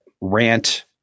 rant